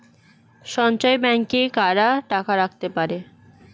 সঞ্চয় ব্যাংকে কারা টাকা রাখতে পারে?